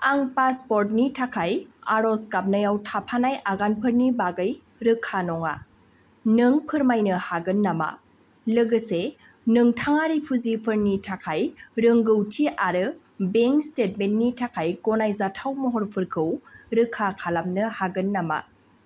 आं पासवर्डनि थाखाय आरज गाबनायाव थाफानाय आगानफोरनि बागै रोखा नङा नों फोरमायनो हागोन नामा लोगोसे नोंथाङा रिफिउजिफोरनि थाखाय रोंगौथि आरो बेंक स्टेटमेन्टनि थाखाय गनायजाथाव महरफोरखौ रोखा खालामनो हागोन नामा